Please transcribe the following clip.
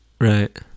Right